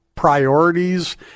priorities